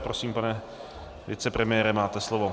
Prosím, pane vicepremiére, máte slovo.